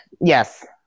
yes